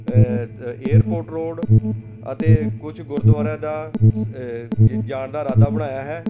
ਤ airport road ਅਤੇ ਕੁਛ ਗੁਰਦੁਆਰਿਆਂ ਦਾ ਸ ਜ ਜਾਣ ਦਾ ਇਰਾਦਾ ਬਣਾਇਆ ਹੈ